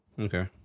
okay